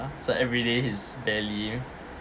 so everyday he's barely